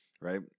right